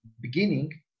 beginning